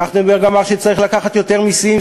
טרכטנברג אמר שצריך לקחת יותר מסים,